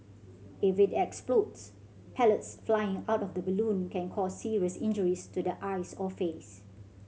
if it explodes pellets flying out of the balloon can cause serious injuries to the eyes or face